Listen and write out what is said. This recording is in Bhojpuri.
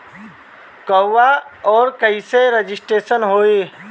कहवा और कईसे रजिटेशन होई?